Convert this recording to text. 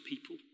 people